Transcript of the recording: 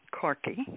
Corky